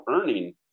earning